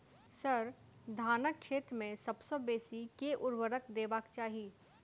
sir, धानक खेत मे सबसँ बेसी केँ ऊर्वरक देबाक चाहि